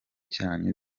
cyanyu